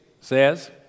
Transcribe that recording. says